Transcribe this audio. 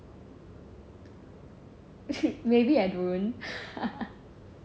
maybe I don't